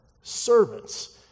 Servants